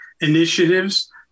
initiatives